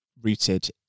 rooted